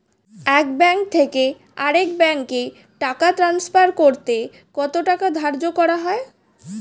এক ব্যাংক থেকে আরেক ব্যাংকে টাকা টান্সফার করতে কত টাকা ধার্য করা হয়?